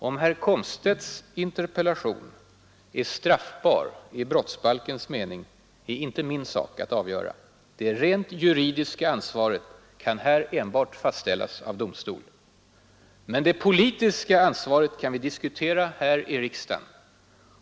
Om herr Komstedts interpellation är straffbar i brottsbalkens mening är inte min sak att avgöra — det rent juridiska ansvaret kan här enbart fastställas av domstol. Men det politiska ansvaret kan vi diskutera här i riksdagen.